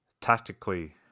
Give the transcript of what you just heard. tactically